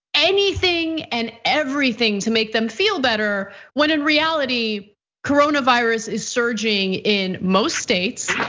anything and everything to make them feel better when in reality coronavirus is surging in most states.